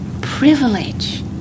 privilege